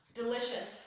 delicious